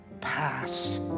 pass